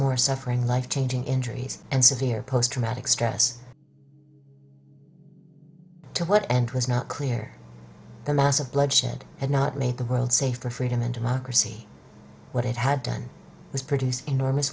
more suffering life changing injuries and severe post traumatic stress to what end was not clear the massive bloodshed had not made the world safe for freedom and democracy what it had done was produce enormous